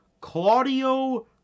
Claudio